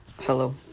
Hello